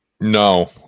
No